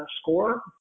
SCORE